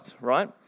Right